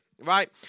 Right